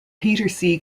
peter